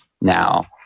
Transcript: now